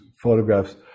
photographs